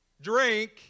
drink